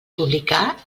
publicar